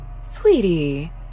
Sweetie